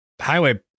highway